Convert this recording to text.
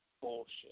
Bullshit